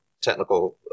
technical